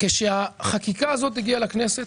כשהחקיקה הזאת הגיעה לכנסת